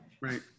right